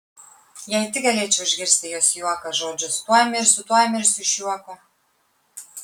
jei tik galėčiau išgirsti jos juoką žodžius tuoj mirsiu tuoj mirsiu iš juoko